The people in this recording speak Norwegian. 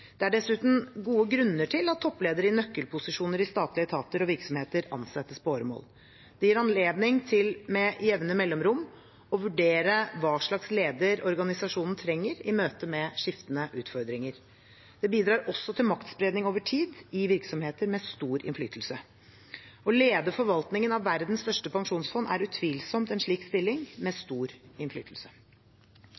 Det er dessuten gode grunner til at toppledere i nøkkelposisjoner i statlige etater og virksomheter ansettes på åremål. Det gir anledning til med jevne mellomrom å vurdere hva slags leder organisasjonen trenger i møte med skiftende utfordringer. Det bidrar også til maktspredning over tid i virksomheter med stor innflytelse. Å lede forvaltningen av verdens største pensjonsfond er utvilsomt en stilling med